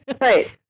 right